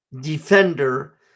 defender